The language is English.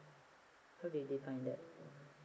how do you define that